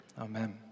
Amen